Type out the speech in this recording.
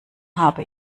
habe